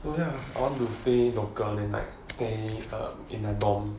oh ya I want to say local and like stay in my dorm